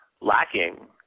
lacking